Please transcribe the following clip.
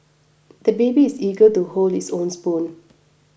the baby is eager to hold his own spoon